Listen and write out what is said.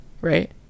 right